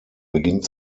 beginnt